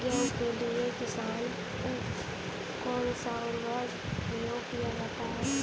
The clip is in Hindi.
गेहूँ के लिए कौनसा उर्वरक प्रयोग किया जाता है?